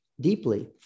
deeply